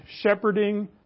shepherding